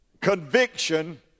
conviction